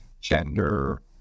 gender